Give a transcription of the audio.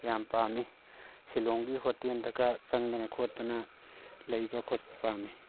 ꯌꯥꯝ ꯄꯥꯝꯃꯤ ꯁꯤꯂꯣꯡꯒꯤ ꯍꯣꯇꯦꯜꯗꯒ ꯆꯪꯗꯅ ꯈꯣꯠꯇꯅ ꯂꯩꯕ ꯈꯣꯠꯄ ꯄꯥꯝꯃꯤ